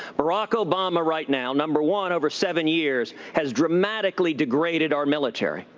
barack obama right now, number one, over seven years, has dramatically degraded our military.